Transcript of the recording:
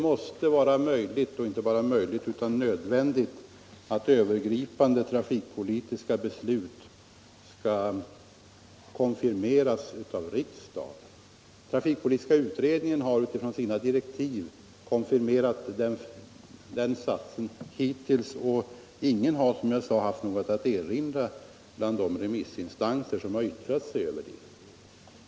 Det är inte bara möjligt utan nödvändigt att få övergripande trafikpolitiska beslut konfirmerade av riksdagen. Trafikpolitiska utredningen har med utgångspunkt i sina direktiv tillämpat den satsen hittills, och ingen av de remissinstanser som har yttrat sig över utredningens förslag har, som jag sade, haft något att erinra mot det.